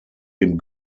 dem